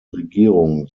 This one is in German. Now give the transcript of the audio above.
regierung